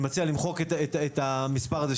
אני מציע למחוק את המספר הזה,